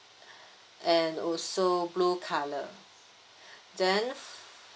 and also blue colour then